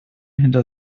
hinter